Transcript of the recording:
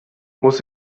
muss